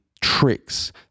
tricks